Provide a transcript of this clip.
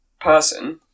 person